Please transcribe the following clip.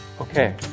okay